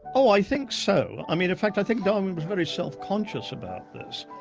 oh, i think so. i mean in fact i think darwin was very self-conscious about this.